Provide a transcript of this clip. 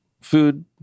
food